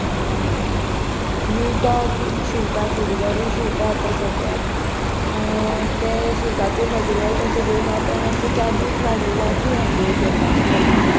आनी टॉपीन शिंवता चुडीदारूय शिवता आतां सद्द्या ते शिवपाचे मटिरियल तेंचो घेवन आतां मात्शे चार्जीस वाडयल्या टू हंड्रेड घेता एका पिसाक